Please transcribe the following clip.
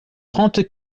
trente